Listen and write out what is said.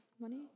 money